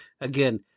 Again